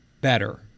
better